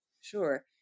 Sure